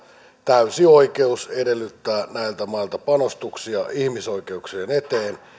täysi oikeus edellyttää näiltä mailta panostuksia ihmisoikeuksien eteen eivät ne